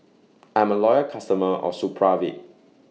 I'm A Loyal customer of Supravit